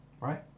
right